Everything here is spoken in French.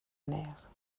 mère